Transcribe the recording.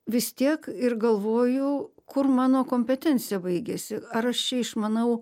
vis tiek ir galvojau kur mano kompetencija baigiasi ar aš čia išmanau